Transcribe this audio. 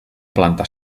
plantar